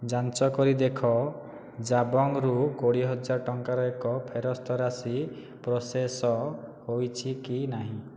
ଯାଞ୍ଚ କରି ଦେଖ ଜାବଙ୍ଗ୍ରୁ କୋଡ଼ିଏ ହଜାର ଟଙ୍କାର ଏକ ଫେରସ୍ତ ରାଶି ପ୍ରୋସେସ୍ ହୋଇଛି କି ନାହିଁ